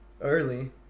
early